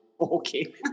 Okay